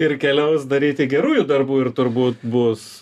ir keliaus daryti gerųjų darbų ir turbūt bus